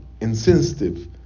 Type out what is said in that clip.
insensitive